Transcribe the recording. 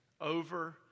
over